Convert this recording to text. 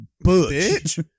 Butch